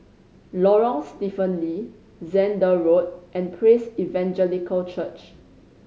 Lorong Stephen Lee Zehnder Road and Praise Evangelical Church